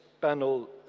panel